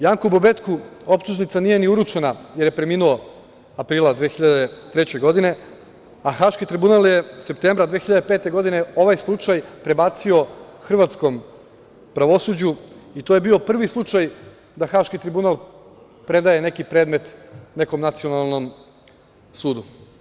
Janku Bobetku optužnica nije ni uručena jer je preminuo aprila 2003. godine, a Haški tribunal je septembra 2005. godine ovaj slučaj prebacio hrvatskom pravosuđu i to je bio prvi slučaj da Haški tribunal predaje neki predmet nekom nacionalnom sudu.